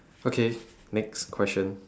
okay next question